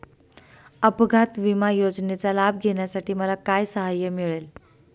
अपघात विमा योजनेचा लाभ घेण्यासाठी मला काय सहाय्य मिळेल?